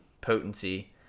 potency –